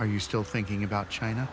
are you still thinking about china